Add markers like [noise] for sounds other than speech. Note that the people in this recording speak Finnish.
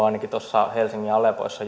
[unintelligible] ainakin joissain helsingin alepoissa [unintelligible]